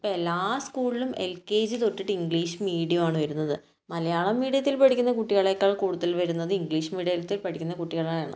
ഇപ്പം എല്ലാ സ്കൂളിലും എൽ കെ ജി തൊട്ടിട്ട് ഇംഗ്ലീഷ് മീഡിയം ആണ് വരുന്നത് മലയാളം മീഡിയത്തിൽ പഠിക്കുന്ന കുട്ടികളെക്കാൾ കൂടുതൽ വരുന്നത് ഇംഗ്ലീഷ് മീഡിയത്തിൽ പഠിക്കുന്ന കുട്ടികളാണ്